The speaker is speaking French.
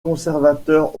conservateur